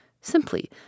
simply